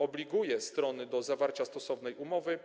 Obliguje strony do zawarcia stosownej umowy